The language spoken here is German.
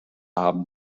haben